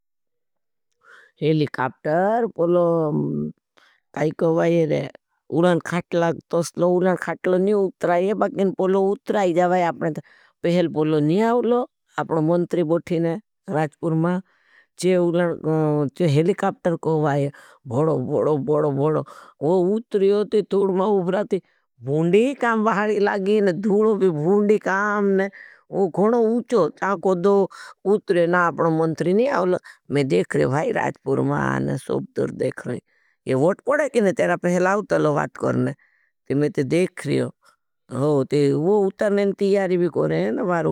हेलिकाप्टर पोलो काई कहवाये रे, उरान खाटला तोसलो, उरान खाटला नहीं उत्राये, बाकिन पोलो उत्रायी जावाये आपने ते। हेलिकाप्टर पोलो नहीं आउलो, अपने मंतरी बोठी नहीं, राजपूर माँ चे हेलिकाप्टर कहवाये भड़ो, भड़ो, भड़ो, भड़ो, वो उत्राये थी । थूडमा उब्राथी, भूंडी काम बहारी लागी नहीं, धूड़ो भी भूंडी काम नहीं, वो घणो उच चाको दो उत्रे नहीं, अपने मंतरी नहीं आउलो। मैं देख रहे हूँ भाई, राजपूर माँ सोब दुर देख रहे हूँ, ये वोट पढ़ा की नहीं। तेरा पहलाव तलो बात करने, ते मैं ते देख रहे हूँ, हो, ते वो उतर नहीं, तीयारी भी को रहे है न, वार।